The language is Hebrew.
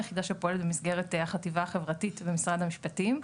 יחידה שפועלת במסגרת החטיבה החברתית ומשרד המשפטים.